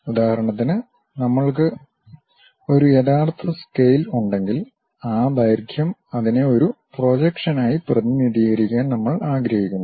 ഉദാഹരണത്തിന് നമ്മൾക്ക് ഒരു യഥാർത്ഥ സ്കെയിൽ ഉണ്ടെങ്കിൽ ആ ദൈർഘ്യം അതിനെ ഒരു പ്രൊജക്ഷനായി പ്രതിനിധീകരിക്കാൻ നമ്മൾ ആഗ്രഹിക്കുന്നു